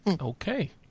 Okay